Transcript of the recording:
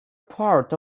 part